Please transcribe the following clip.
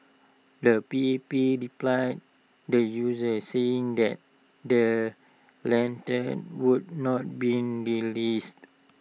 the P P replied the users saying that the lanterns would not be released